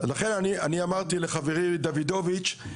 לכן אני אמרתי לחברי דוידוביץ',